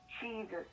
jesus